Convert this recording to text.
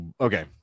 Okay